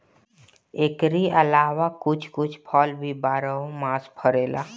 एकरी अलावा कुछ कुछ फल भी बारहो मास फरेला